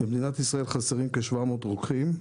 במדינת ישראל חסרים כ-700 רוקחים.